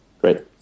Great